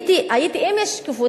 אם היתה שקיפות,